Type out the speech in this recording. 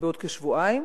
בעוד כשבועיים.